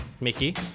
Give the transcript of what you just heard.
Mickey